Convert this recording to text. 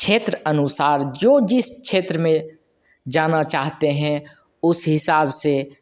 क्षेत्र अनुसार जो जिस क्षेत्र में जाना चाहते हैं उस हिसाब से